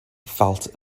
felt